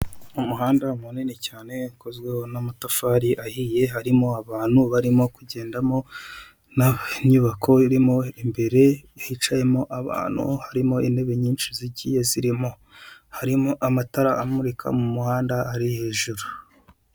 Umuhanda munini cyane yakozweho n'amatafari ahiye harimo abantu barimo kugendamo ninyubako irimo imbere hicayemo abantu harimo intebe nyinshi zigiye zirimo harimo amatara amurika mu muhanda ari hejuru.